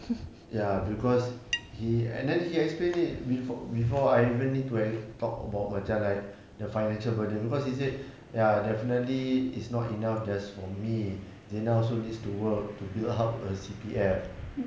ya because he and then he explained it before before I even need to talk about macam like the financial burden because he said ya definitely it's not enough just for me zina also needs to work to build up a C_P_F